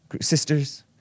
sisters